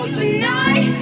tonight